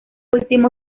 último